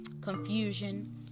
confusion